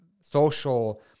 social